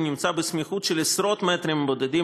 נמצאת בסמיכות של עשרות מטרים בודדים,